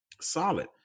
solid